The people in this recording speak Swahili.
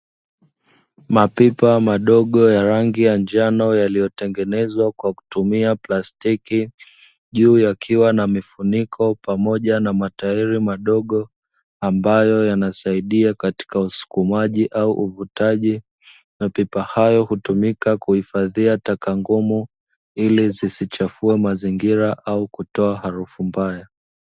Mapipa madogo ya rangi ya njano yaliyotengenezwa kwa kutumia plastiki, juu yakiwa na mifuniko pamoja na matairi madogo ambayo yanasaidia katika usukumaji au uvutaji, mapipa hayo hutumika kuhifadhia taka ngumu ili zisichafue mazingira au kutoa harufu mbaya.